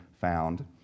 found